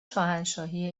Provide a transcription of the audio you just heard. شاهنشاهی